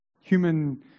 human